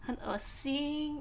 很恶心